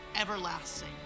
Everlasting